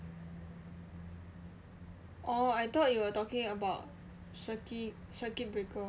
oh I thought you were talking about circuit circuit breaker